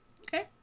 Okay